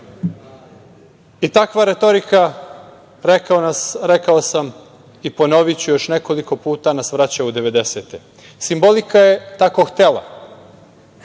i takva retorika, rekao sam, i ponoviću još nekoliko puta, nas vraća u devedesete. Simbolika je tako htela